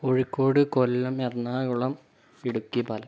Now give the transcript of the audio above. Kozhikode Kollam Ernakulam Idukki Palakkad